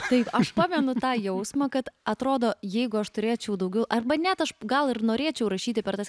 taip aš pamenu tą jausmą kad atrodo jeigu aš turėčiau daugiau arba net aš gal ir norėčiau rašyti per tas